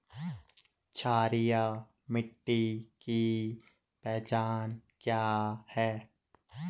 क्षारीय मिट्टी की पहचान क्या है?